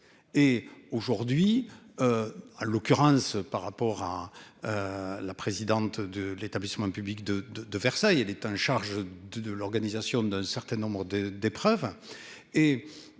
est aujourd'hui. À l'occurrence par rapport à. La présidente de l'établissement public de de de Versailles, elle est en charge de l'organisation d'un certain nombre de d'épreuves